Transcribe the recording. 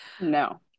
No